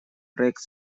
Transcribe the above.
проект